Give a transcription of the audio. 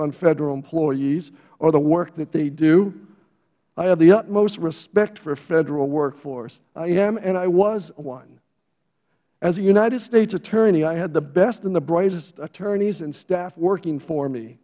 on federal employees or the work that they do i have the utmost respect for the federal workforce i am and i was one as a united states attorney i had the best and the brightest attorneys and staff working for me